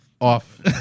off